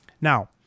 Now